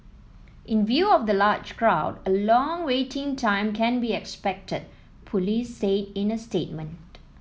in view of the large crowd a long waiting time can be expected Police said in a statement